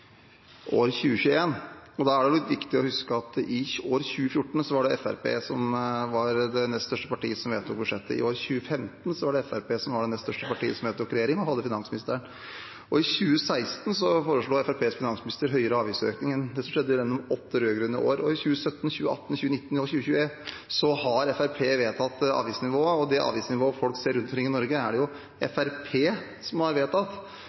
år 2014 var det Fremskrittspartiet som var det nest største partiet som vedtok budsjettet. I år 2015 var det Fremskrittspartiet som var det nest største partiet som var i regjering og hadde finansministeren, og i 2016 foreslo Fremskrittspartiets finansminister høyere avgiftsøkninger enn det som skjedde gjennom åtte rød-grønne år. I 2017, 2018, 2019 og i år 2020 har Fremskrittspartiet vedtatt avgiftsnivået, og det avgiftsnivået folk ser rundt omkring i Norge, er det Fremskrittspartiet som har vedtatt